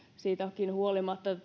siitäkin huolimatta